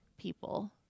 people